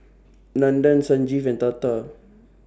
Nandan Sanjeev and Tata